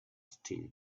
still